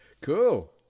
Cool